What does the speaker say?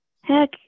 heck